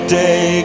day